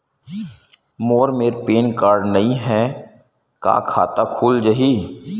मोर मेर PAN number नई हे का खाता खुल जाही?